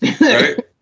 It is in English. Right